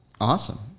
Awesome